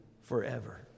forever